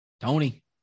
Tony